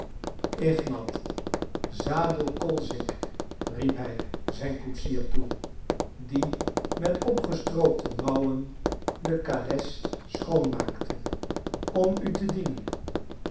ignat zadel kolzik riep hij zijn koetsier toe die met opgestroopte mouwen de kales schoonmaakte om u te dienen